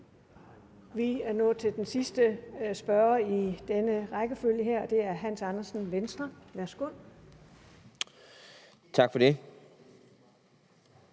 Vi er nået til den sidste spørger i den her omgang, og det er hr. Hans Andersen, Venstre. Værsgo. Kl.